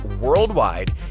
worldwide